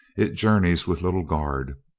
it journeys with little guard,